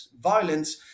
violence